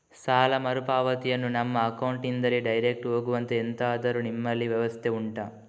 ಸಾಲ ಮರುಪಾವತಿಯನ್ನು ನಮ್ಮ ಅಕೌಂಟ್ ನಿಂದಲೇ ಡೈರೆಕ್ಟ್ ಹೋಗುವಂತೆ ಎಂತಾದರು ನಿಮ್ಮಲ್ಲಿ ವ್ಯವಸ್ಥೆ ಉಂಟಾ